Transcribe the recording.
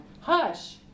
hush